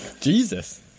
Jesus